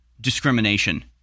discrimination